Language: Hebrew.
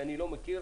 אני לא מכיר